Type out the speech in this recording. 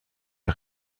les